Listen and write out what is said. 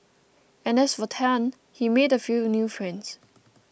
and as for Tan he made a few new friends